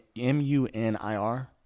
M-U-N-I-R